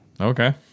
Okay